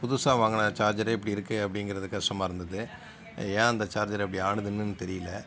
புதுசாக வாங்கின சார்ஜரே இப்படி இருக்கே அப்டிங்கிறது கஷ்டமாக இருந்தது ஏன் அந்த சார்ஜரு அப்படி ஆனதுன்னும் தெரியலை